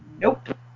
nope